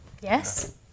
Yes